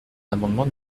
l’amendement